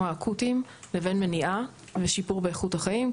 האקוטיים לבין מניעה ושיפור באיכות החיים,